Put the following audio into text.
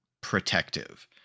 protective